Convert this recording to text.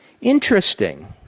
Interesting